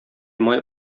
май